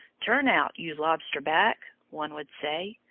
turn out, you lobster-back! one would say.